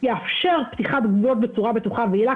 בעתיד פתיחת גבולות בצורה בטוחה ויעילה.